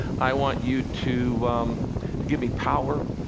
i want you to give me power.